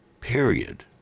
period